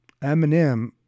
Eminem